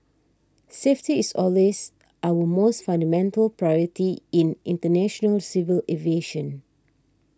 safety is always our most fundamental priority in international civil aviation